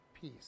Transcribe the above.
peace